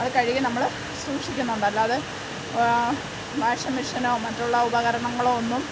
അത് കഴുകി നമ്മൾ സൂക്ഷിക്കുന്നുണ്ട് അല്ലാതെ വാഷിംഗ് മെഷീനോ മറ്റുള്ള ഉപകരണങ്ങളോ ഒന്നും